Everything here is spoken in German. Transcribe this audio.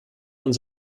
und